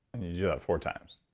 yeah four times?